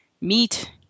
meat